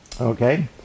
Okay